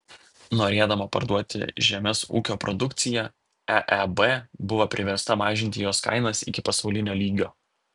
norėdama parduoti žemės ūkio produkciją eeb buvo priversta mažinti jos kainas iki pasaulinio lygio